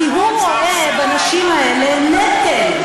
כי הוא רואה בנשים האלה נטל.